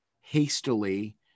hastily